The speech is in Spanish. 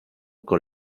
con